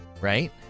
Right